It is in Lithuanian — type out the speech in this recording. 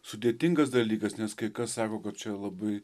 sudėtingas dalykas nes kai kas sako kad čia labai